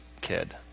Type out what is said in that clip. kid